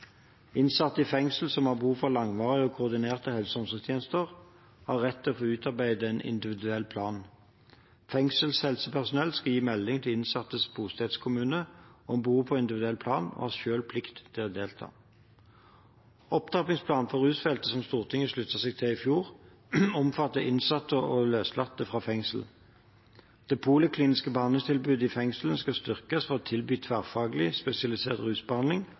Innsatte i fengsel som har behov for langvarige og koordinerte helse- og omsorgstjenester, har rett til å få utarbeidet en individuell plan. Fengselshelsepersonell skal gi melding til innsattes bostedskommune om behov for individuell plan og har selv plikt til å delta. Opptrappingsplanen for rusfeltet som Stortinget sluttet seg til i fjor, omfatter innsatte og løslatte fra fengsel. Det polikliniske behandlingstilbudet i fengslene skal styrkes for å tilby tverrfaglig spesialisert rusbehandling